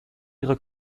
ihre